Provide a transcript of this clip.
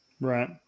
Right